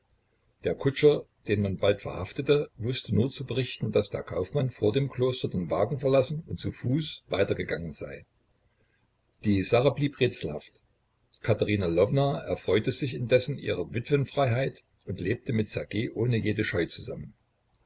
der kutscher den man bald verhaftete wußte nur zu berichten daß der kaufmann vor dem kloster den wagen verlassen und zu fuß weitergegangen sei die sache blieb rätselhaft katerina lwowna erfreute sich indessen ihrer witwenfreiheit und lebte mit ssergej ohne jede scheu zusammen